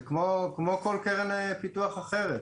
זה כמו כל קרן פיתוח אחרת.